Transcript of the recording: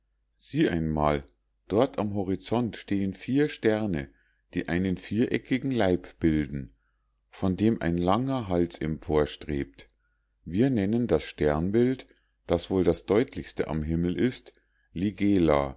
sieh einmal dort am horizont stehen vier sterne die einen viereckigen leib bilden von dem ein langer hals emporstrebt wir nennen das sternbild das wohl das deutlichste am himmel ist ligela